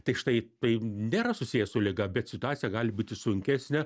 tik štai tai nėra susiję su liga bet situacija gali būti sunkesnė